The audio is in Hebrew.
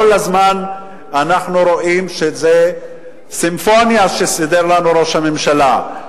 כל הזמן אנחנו רואים שזה סימפוניה שסידר לנו ראש הממשלה.